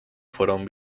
fueron